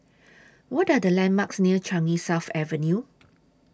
What Are The landmarks near Changi South Avenue